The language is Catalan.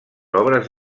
obres